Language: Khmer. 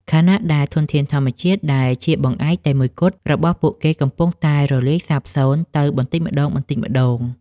ខណៈដែលធនធានធម្មជាតិដែលជាបង្អែកតែមួយគត់របស់ពួកគេកំពុងតែរលាយសាបសូន្យទៅបន្តិចម្តងៗ។